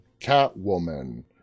Catwoman